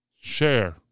Share